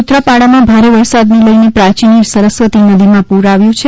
સૂત્રાપાડામાં ભારે વરસાદને લઈને પ્રાંચીની સરસ્વતી નદીમાં પુર આવ્યું છે